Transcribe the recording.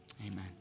Amen